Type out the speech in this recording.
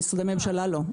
במשרדי ממשלה לא.